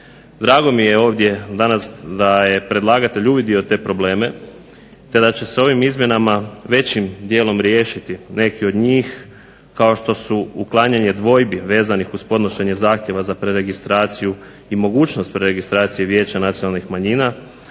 Drago mi je ovdje danas da je predlagatelj uvidio te probleme te da će se ovim izmjenama većim dijelom riješiti neki od njih kao što su uklanjanje dvojbi vezanih uz podnošenje zahtjeva za preregistraciju i mogućnost preregistracije vijeća nacionalnih manjina